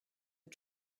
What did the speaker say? are